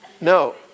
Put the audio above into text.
No